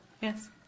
Yes